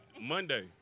Monday